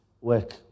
work